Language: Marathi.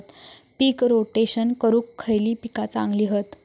पीक रोटेशन करूक खयली पीका चांगली हत?